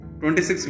26